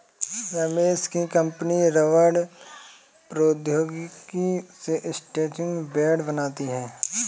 रमेश की कंपनी रबड़ प्रौद्योगिकी से स्ट्रैचिंग बैंड बनाती है